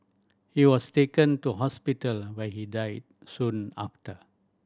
he was taken to hospital where he died soon after